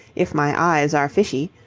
if my eyes are fishy.